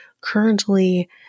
currently